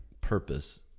purpose